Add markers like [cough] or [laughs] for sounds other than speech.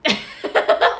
[laughs]